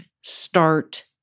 start